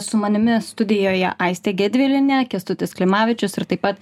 su manimi studijoje aistė gedvilienė kęstutis klimavičius ir taip pat